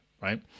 right